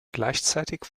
gleichzeitig